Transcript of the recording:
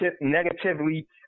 negatively